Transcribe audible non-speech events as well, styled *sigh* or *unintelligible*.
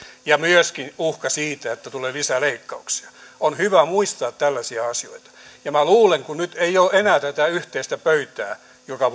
ja myöskin uhka siitä että tulee lisää leikkauksia on hyvä muistaa tällaisia asioita ja minä luulen kun nyt ei ole enää syksyllä tätä yhteistä pöytää joka *unintelligible*